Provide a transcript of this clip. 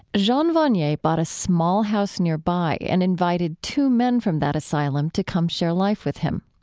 jean vanier bought a small house nearby and invited two men from that asylum to come share life with him.